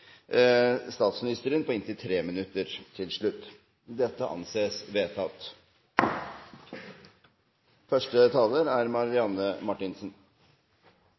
statsministeren på inntil 3 minutter til slutt. – Det anses vedtatt. Dette er